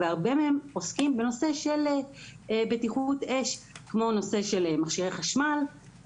הרבה מהם עוסקים בנושא של בטיחות אש כמו נושא של מכשירי חשמל,